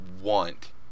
want